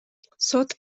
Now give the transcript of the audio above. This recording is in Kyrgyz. сот